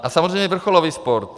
A samozřejmě vrcholový sport.